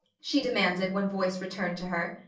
she demanded when voice returned to her.